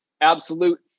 absolute